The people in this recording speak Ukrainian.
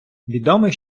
відомий